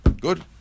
Good